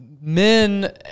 men